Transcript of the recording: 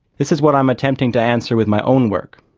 this is what i'm attempting to answer with my own work.